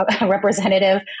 representative